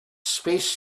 space